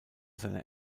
seiner